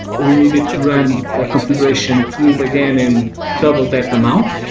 we needed to run a configuration tool again in double that amount.